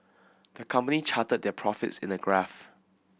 the company charted their profits in a graph